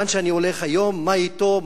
לאן שאני הולך היום: מה אתו,